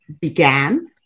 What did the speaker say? began